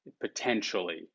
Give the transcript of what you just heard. potentially